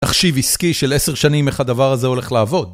תחשיב עסקי של עשר שנים איך הדבר הזה הולך לעבוד.